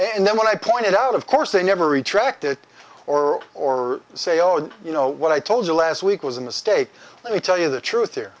and then when i point it out of course they never retracted it or or say oh you know what i told you last week was a mistake let me tell you the truth here